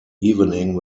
evening